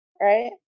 Right